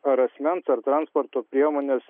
ar asmens ar transporto priemonės